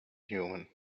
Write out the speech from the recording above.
human